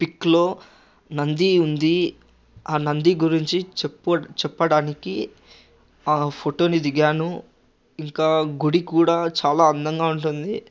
పిక్లో నంది ఉంది ఆ నంది గురించి చెప్ప చెప్పడానికి ఆ ఫొటోని దిగాను ఇంకా గుడి కూడా చాలా అందంగా ఉంటుంది